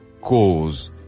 cause